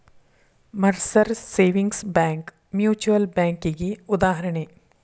Mercer savings bank mutual ಬ್ಯಾಂಕಿಗಿ ಉದಾಹರಣಿ